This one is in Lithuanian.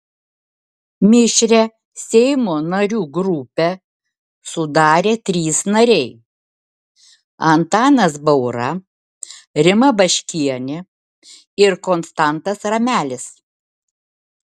mišrią seimo narių grupę sudarė trys nariai antanas baura rima baškienė ir konstantas ramelis